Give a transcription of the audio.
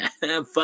fuck